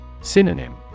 Synonym